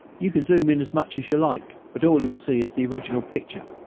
you can zoom in as much as you like but all you'll see is the original picture.